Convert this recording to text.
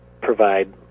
provide